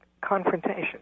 confrontation